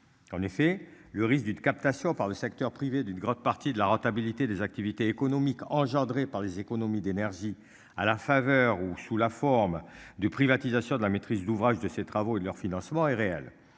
En effet le risque d'une captation par le secteur privé d'une grande partie de la rentabilité des activités économiques engendrées par les économies d'énergie à la faveur ou sous la forme de privatisation de la maîtrise d'ouvrage de ces travaux et de leur financement et réel